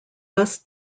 bus